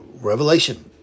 Revelation